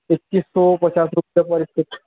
چھتیس سو پچاس روپے پر فٹ